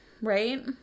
right